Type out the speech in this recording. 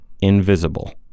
invisible